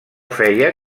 feia